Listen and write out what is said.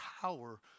power